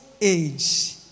age